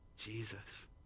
Jesus